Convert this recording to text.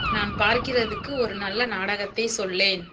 நான் பார்க்கிறதுக்கு ஒரு நல்ல நாடகத்தை சொல்லேன்